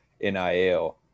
NIL